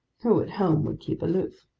who, at home, would keep aloof.